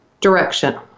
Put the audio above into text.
direction